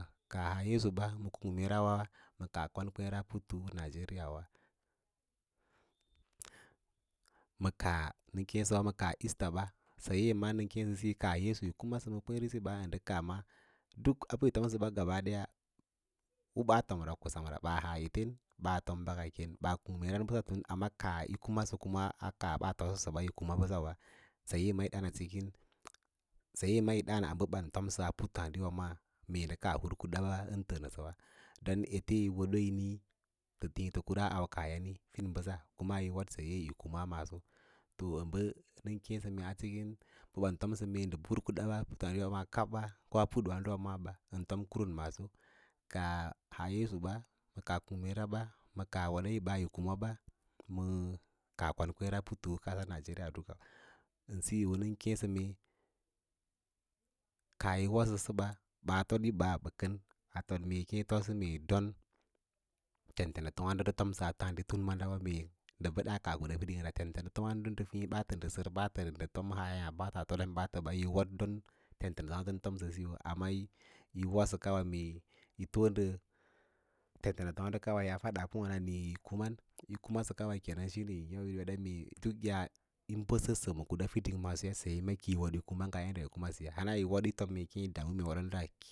Kaah haa yesu ɓa, ma kung mee ra wa ma kaa kon kwêêra putu mee nigeria wa ma kaaa nəsə keẽ wa ma kaa esta ɓa saye ya maa nən keẽ sə síyo ndə kas yesu yi kuma sə ma kweẽresi ba duk a bə ɓaa fom sə ba gobe daya uku ko sem ubaa tom ra basa haa eten b’aa fom ɓaka ken ɓaa kung meera bə fin amma kaa yi kumsəə kuma kaa ɓaa fodsəsə yi kuma bəsswa saye ma yi d dǎǎn a bə kaa hun kud ba don ete yo wodo yiniĩ tiĩ tə kura a aukaahyaní fin bəsa kuma yi wod saye kma masaso to bə nən kěěsə mee acikin mbə ban tomsə mee ndə hun kundawaɓa puutǎǎdiwa kaɓba koa pullfaãdowa maâa ba ən fom kurim maabo kaa haa yesu ba, ma kaa kung meerawabe ma kaa yi woo yí kuma ba ma kaa kon kwěěra putu a nigeria duka ən siyo nə kěěsə mee kaa yi wodsə səba ɓaa too vəsa ba kən mee keẽ fodsə don tentenato ndə tomsə a taadi tun maadawe meendə bə daa kaah kinda fiding ra, tentenato waãdo nən fiĩ ɓaatə ndə sər ɓaatə nɗə fom haniya ate wa yi wood don tentena ndə tomsə siyo yi wodsə kawa mee pə yi haa ten ten a to wǎǎdo kaare yaa faɗa pǒǒ dǎǎn i yi kuma kawa shine mee yi weda mee duk yaa yi n bədsəsə ma kuda fiding ya saye ma kiyi wod ya kuma.